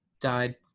died